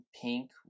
pink